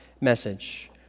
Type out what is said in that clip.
message